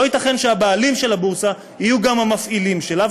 לא ייתכן שהבעלים של הבורסה יהיו גם המפעילים שלה,